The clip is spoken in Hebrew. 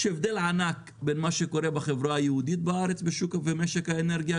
יש הבדל ענק בין מה שקורה בחברה היהודית בארץ במשק האנרגיה,